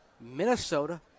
Minnesota